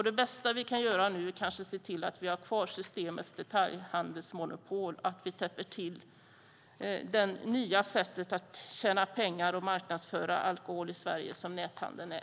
Det bästa vi kan göra nu är kanske att se till att vi har kvar Systemets detaljhandelsmonopol och att vi täpper till det nya sätt att tjäna pengar och marknadsföra alkohol i Sverige som näthandeln är.